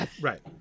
Right